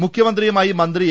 മുഖ്യ മന്ത്രിയുമായി മന്ത്രി എ